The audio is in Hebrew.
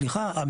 סליחה.